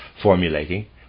formulating